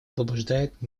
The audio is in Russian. побуждает